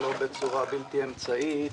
בצורה בלתי אמצעית.